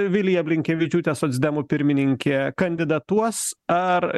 vilija blinkevičiūtė socdemų pirmininkė kandidatuos ar